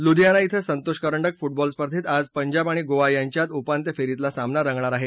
लुधीयाना कें संतोष करंडक फुटबॉल स्पर्धेत आज पंजाब आणि गोवा यांच्यात उपान्त्यफेरीतील सामना रंगणार आहे